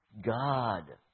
God